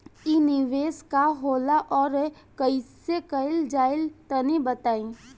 इ निवेस का होला अउर कइसे कइल जाई तनि बताईं?